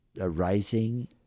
arising